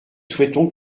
souhaitons